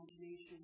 imagination